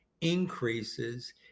increases